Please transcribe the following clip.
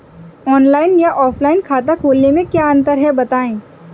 Online या offline खाता खोलने में क्या अंतर है बताएँ?